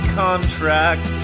contract